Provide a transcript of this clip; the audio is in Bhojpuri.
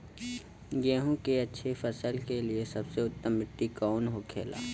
गेहूँ की अच्छी फसल के लिए सबसे उत्तम मिट्टी कौन होखे ला?